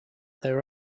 their